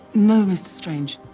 no, mr. strange.